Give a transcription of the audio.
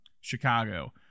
Chicago